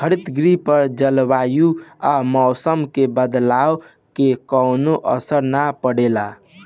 हरितगृह पर जलवायु आ मौसम के बदलाव के कवनो असर ना पड़े